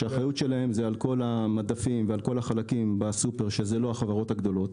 שהאחריות שלהם היא על כל המדפים והחלקים בסופר שלא שייך לחברות הגדולות,